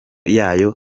yayo